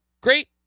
great